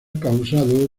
causado